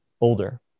older